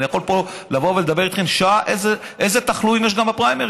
אני יכול פה לבוא ולדבר איתכם שעה על איזה תחלואים יש גם בפריימריז,